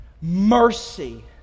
mercy